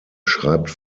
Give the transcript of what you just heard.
schreibt